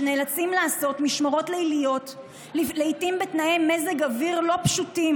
שנאלצים לעשות משמרות ליליות לעיתים בתנאי מזג אוויר לא פשוטים,